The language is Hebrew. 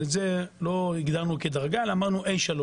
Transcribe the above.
את זה לא הגדרנו כדרגה אלא אמרנו: A3